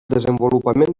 desenvolupament